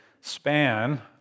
span